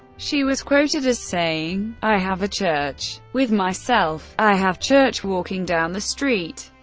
she was quoted as saying i have a church with myself i have church walking down the street.